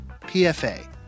PFA